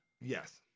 Yes